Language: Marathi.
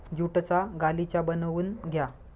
ज्यूटचा गालिचा बनवून घ्या